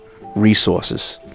resources